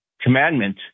commandment